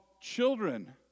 children